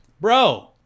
bro